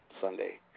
Sunday